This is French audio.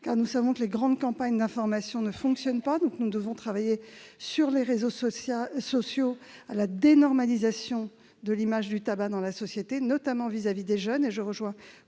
Conscients que les grandes campagnes d'information ne fonctionnent pas, nous devons travailler sur les réseaux sociaux à la dénormalisation de l'image du tabac dans la société, notamment vis-à-vis des jeunes.